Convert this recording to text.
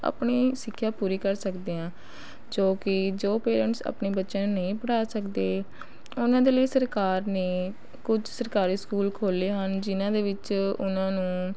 ਆਪਣੀ ਸਿੱਖਿਆ ਪੂਰੀ ਕਰ ਸਕਦੇ ਆ ਜੋ ਕਿ ਜੋ ਪੇਰੈਂਟਸ ਆਪਣੇ ਬੱਚਿਆ ਨੂੰ ਨਹੀਂ ਪੜ੍ਹਾ ਸਕਦੇ ਉਹਨਾਂ ਦੇ ਲਈ ਸਰਕਾਰ ਨੇ ਕੁਝ ਸਰਕਾਰੀ ਸਕੂਲ ਖੋਲ੍ਹੇ ਹਨ ਜਿਹਨਾਂ ਦੇ ਵਿੱਚ ਉਹਨਾਂ ਨੂੰ